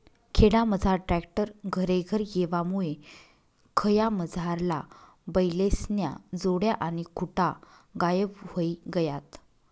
खेडामझार ट्रॅक्टर घरेघर येवामुये खयामझारला बैलेस्न्या जोड्या आणि खुटा गायब व्हयी गयात